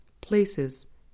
places